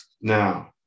now